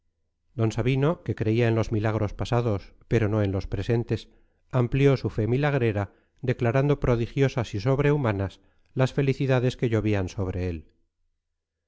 d sabino que creía en los milagros pasados pero no en los presentes amplió su fe milagrera declarando prodigiosas y sobrehumanas las felicidades que llovían sobre él